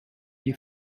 you